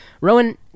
Rowan